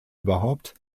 überhaupt